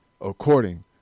according